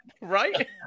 right